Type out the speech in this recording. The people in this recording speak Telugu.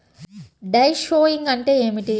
డ్రై షోయింగ్ అంటే ఏమిటి?